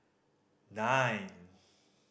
nine